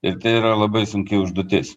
ir tai yra labai sunki užduotis